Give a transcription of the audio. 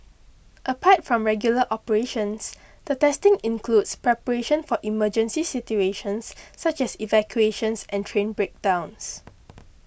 apart from regular operations the testing includes preparation for emergency situations such as evacuations and train breakdowns